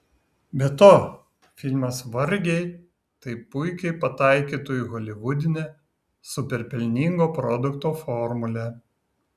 be to filmas vargiai taip puikiai pataikytų į holivudinę super pelningo produkto formulę